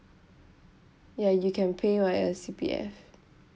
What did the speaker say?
ya you can pay via C_P_F